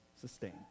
sustain